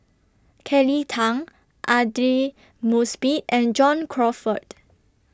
Kelly Tang Aidli Mosbit and John Crawfurd